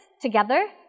together